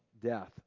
death